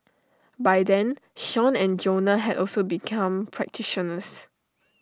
by then Sean and Jonah had also become practitioners